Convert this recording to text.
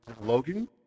Logan